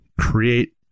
create